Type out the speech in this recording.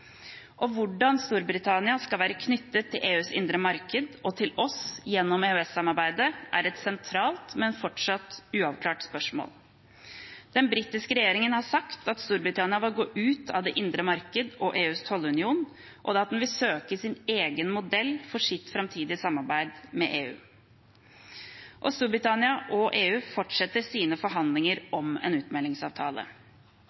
Hvordan Storbritannia skal være knyttet til EUs indre marked – og til oss gjennom EØS-samarbeidet – er et sentralt, men fortsatt uavklart spørsmål. Den britiske regjeringen har sagt at Storbritannia vil gå ut av det indre marked og EUs tollunion, og at den vil søke sin egen modell for sitt framtidige samarbeid med EU. Storbritannia og EU fortsetter sine forhandlinger